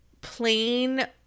plain